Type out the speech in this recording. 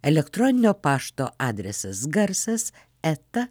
elektroninio pašto adresas garsas eta